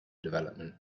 development